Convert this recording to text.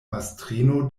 mastrino